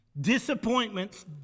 Disappointments